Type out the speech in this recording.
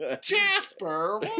Jasper